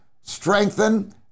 strengthen